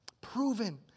proven